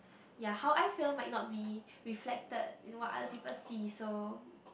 ya how I feel might not be reflected in what other people see so